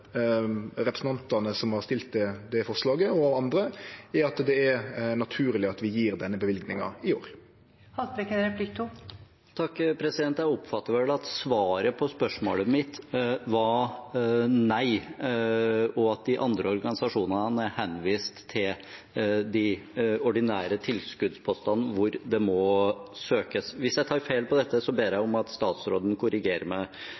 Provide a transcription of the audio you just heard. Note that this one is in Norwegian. som har sett fram det forslaget, og andre i at det er naturleg at vi gjev denne løyvinga i år. Jeg oppfatter vel at svaret på spørsmålet mitt var nei, og at de andre organisasjonene er henvist til de ordinære tilskuddspostene, hvor det må søkes. Hvis jeg tar feil, ber jeg om at statsråden korrigerer meg.